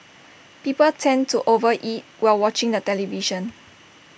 people tend to over eat while watching the television